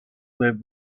live